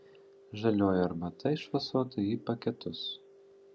žalioji arbata išfasuota į paketus